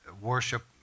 worship